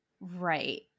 Right